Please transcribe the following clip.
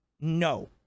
no